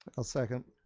i'll second.